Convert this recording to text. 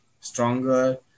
stronger